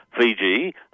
Fiji